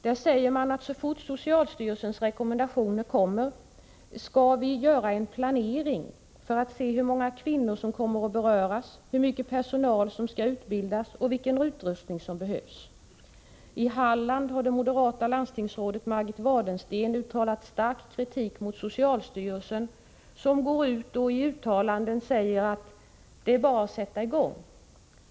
Där säger man: Så fort socialstyrelsens rekommendationer kommer skall vi göra en planering för att se hur många kvinnor som kommer att beröras, hur mycket personal som skall utbildas och vilken utrustning som behövs. I Halland har det moderata landstingsrådet Margit Wadensten framfört stark kritik mot socialstyrelsen, som går ut med uttalanden om att det bara är att sätta i gång.